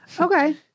Okay